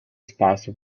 espaço